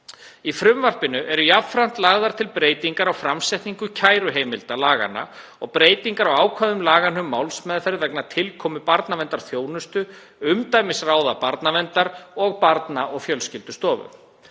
Í frumvarpinu eru jafnframt lagðar til breytingar á framsetningu kæruheimilda laganna og breytingar á ákvæðum laganna um málsmeðferð vegna tilkomu barnaverndarþjónustu, umdæmisráða barnaverndar og barna- og fjölskyldustofu.